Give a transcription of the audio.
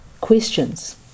questions